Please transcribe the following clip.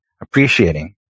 appreciating